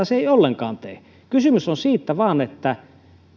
se ei ollenkaan tee kysymys on vain siitä että